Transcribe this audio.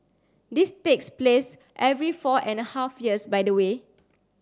this takes place every four and a half years by the way